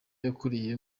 yakuriye